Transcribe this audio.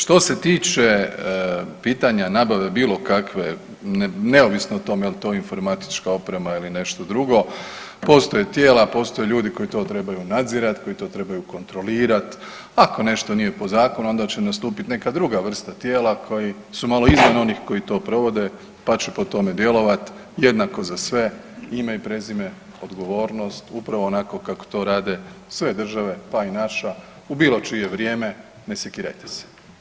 Što se tiče pitanja nabave bilo kakve, neovisno o tome je li to informatička oprema ili nešto drugo, postoje tijela, postoje ljudi koji to trebaju nadzirati, koji to trebaju kontrolirati, ako nešto nije po zakonu, onda će nastupiti neka druga vrsta tijela koji su malo iznad onih koji to provode, pa će po tome djelovati, jednako za sve, ime i prezime, odgovornost, upravo onako kako to rade sve države, pa i naša, u bilo čije vrijeme, ne sekirajte se.